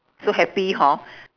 so happy hor